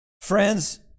Friends